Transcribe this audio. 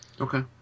Okay